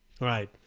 Right